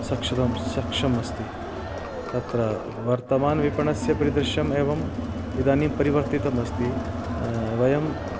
सक्षतं सक्षममस्ति तत्र वर्तमान विपनस्य परिदृश्यम् एवम् इदानीं परिवर्तितम् अस्ति वयं